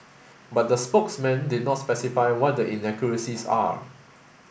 but the spokesman did not specify what the inaccuracies are